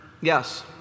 Yes